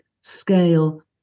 scale